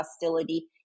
hostility